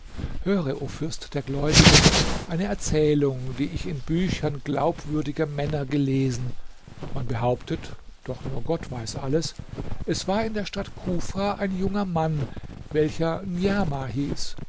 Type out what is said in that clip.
höre o fürst der gläubigen eine erzählung die ich in büchern glaubwürdiger männer gelesen man behauptet doch nur gott weiß alles es war in der stadt kufa ein junger mann welcher niamah hieß